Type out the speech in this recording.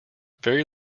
very